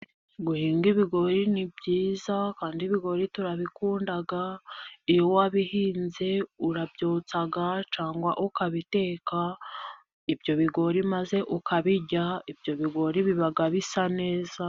Guhinga ibigori ni byiza, kandi ibigori turabikunda. Iyo wabihinze urabyotsa cyangwa ukabiteka. Ibyo bigori maze ukabirya. Ibyo bigori biba bisa neza.